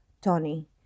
tony